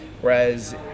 Whereas